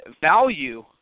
value